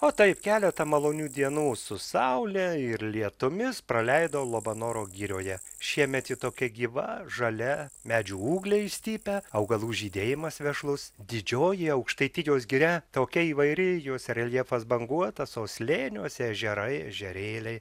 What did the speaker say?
o taip keletą malonių dienų su saule ir lietumis praleidau labanoro girioje šiemet ji tokia gyva žalia medžių ūgliai išstypę augalų žydėjimas vešlus didžioji aukštaitijos giria tokia įvairi jos reljefas banguotas o slėniuose ežerai ežerėliai